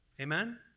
Amen